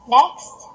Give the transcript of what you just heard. Next